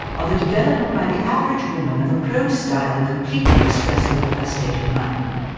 or the development by the average woman of a prose style completely expressive of her state of mind.